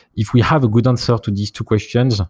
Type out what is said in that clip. if we have a good answer to these two questions,